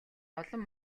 олон